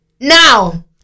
Now